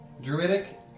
Druidic